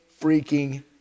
freaking